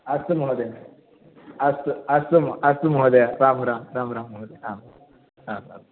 अस्तु महोदय अस्तु अस्तु मह् अस्तु महोदय रां रां रां रां महोदय आं रां राम्